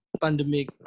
pandemic